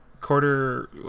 quarter